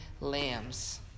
lambs